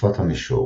הצפת המישור